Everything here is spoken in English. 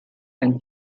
and